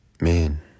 Man